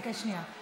חכה שנייה.